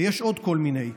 ויש עוד כל מיני.